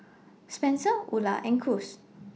Spenser Ula and Cruz